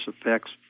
effects